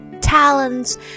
talents